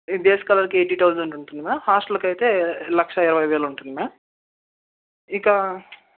day స్కాలర్కి eighty thousand ఉంటుంది ma'am హాస్టల్కి అయితే లక్షా ఇరవై వేలు ఉంటుంది మ్యామ్ ఇక